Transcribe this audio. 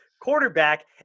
quarterback